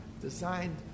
designed